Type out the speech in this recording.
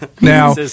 Now